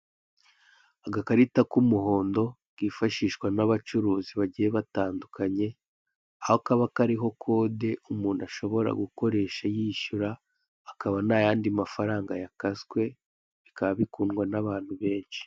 Agakarita k'umuhondo kifashishwa n'abacuruzi bagiye batandukanye, aho kaba kariho kode umuntu ashobora gukoresha yishyura, akaba ntayandi mafaranga yakaswe, bikaba bikundwa n'bantu benshi.